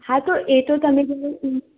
હા તો એ તો તમે જઇને